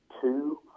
Two